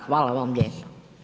Hvala vam lijepo.